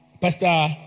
pastor